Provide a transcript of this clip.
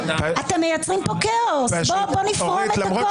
אתם מייצרים פה כאוס, בואו נפרום את הכול.